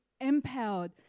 empowered